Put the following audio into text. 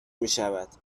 میشود